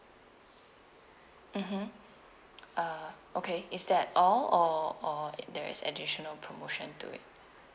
mmhmm uh okay is that all or or there's additional promotion to it